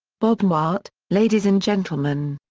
bob newhart ladies and gentlemen.